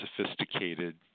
sophisticated